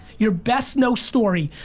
your best no story.